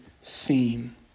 seen